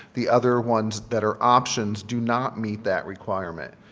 the other ones that are options do not meet that requirement.